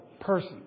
person